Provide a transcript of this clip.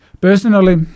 personally